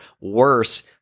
worse